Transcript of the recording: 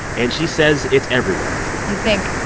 and she says it's everywhere you think,